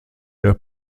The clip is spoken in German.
der